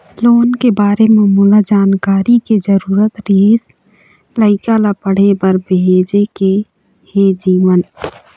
loan के बारे म मोला जानकारी के जरूरत रीहिस, लइका ला पढ़े बार भेजे के हे जीवन